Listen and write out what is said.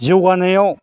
जौगानायाव